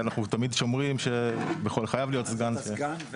חייב להיות סגן.